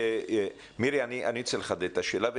אני רוצה לחדד את השאלה,